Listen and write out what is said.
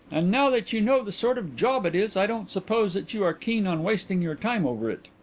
and now that you know the sort of job it is i don't suppose that you are keen on wasting your time over it.